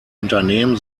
unternehmen